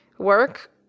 work